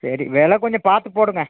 சரி வில கொஞ்சம் பார்த்துப்போடுங்க